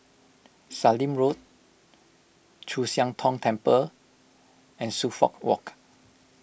Sallim Road Chu Siang Tong Temple and Suffolk Walk